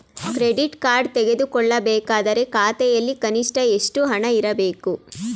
Credit card ತೆಗೆದುಕೊಳ್ಳಬೇಕಾದರೆ ಖಾತೆಯಲ್ಲಿ ಕನಿಷ್ಠ ಎಷ್ಟು ಹಣ ಇರಬೇಕು?